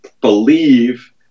believe